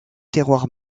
terroirs